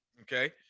Okay